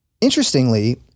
Interestingly